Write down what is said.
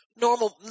Normal